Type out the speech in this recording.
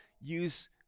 use